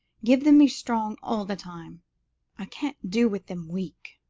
give them me strong all the time i can't do with them weak.